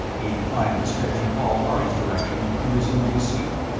he inclined his head in paul harley's direction, and resumed his seat.